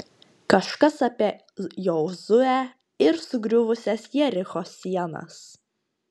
kažkas apie jozuę ir sugriuvusias jericho sienas